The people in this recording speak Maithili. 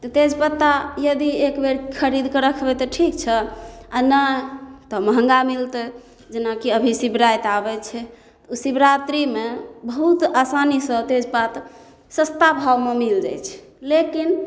तऽ तेजपत्ता यदि एकबेर खरीद कऽ रखबै तऽ ठीक छै आ नहि तऽ महङ्गा मिलतै जेनाकि अभी शिबराइत आबै छै तऽ शिवरात्रिमे बहुत आसानीसँ तेजपात सस्ता महङ्ग मिल जाइ छै लेकिन